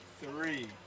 three